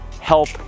help